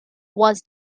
was